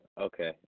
Okay